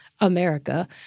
America